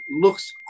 looks